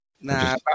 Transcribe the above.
Nah